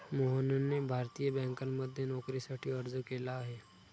मोहनने भारतीय बँकांमध्ये नोकरीसाठी अर्ज केला आहे